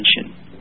attention